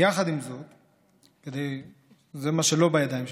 זה מה שלא בידיים שלי,